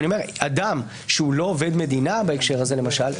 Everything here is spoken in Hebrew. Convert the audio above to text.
אני אומר שאדם שהוא לא עובד מדינה בהקשר הזה למשל,